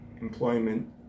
employment